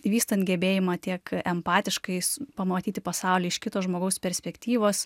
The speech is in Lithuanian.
vystant gebėjimą tiek empatiškais pamatyti pasaulį iš kito žmogaus perspektyvos